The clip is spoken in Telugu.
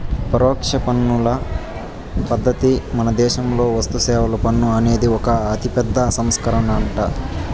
పరోక్ష పన్నుల పద్ధతిల మనదేశంలో వస్తుసేవల పన్ను అనేది ఒక అతిపెద్ద సంస్కరనంట